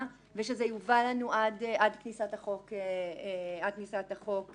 ושזה יובא אלינו עד כניסת החוק לתוקף.